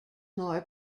more